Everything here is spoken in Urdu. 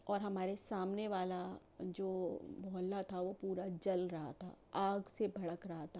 اور ہمارے سامنے والا جو محلہ تھا وہ پورا جل رہا تھا آگ سے بھڑک رہا تھا